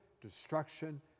destruction